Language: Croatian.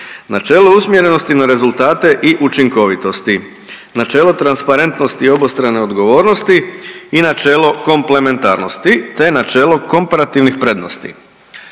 načelo usmjerenosti na rezultate i učinkovitosti, načelo transparentnosti i obostrane odgovornosti i načelo komplementarnosti te načelo komparativnih prednosti.“